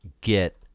get